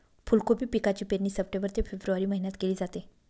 फुलकोबी पिकाची पेरणी सप्टेंबर ते फेब्रुवारी महिन्यात केली जाते